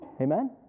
Amen